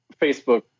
Facebook